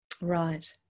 Right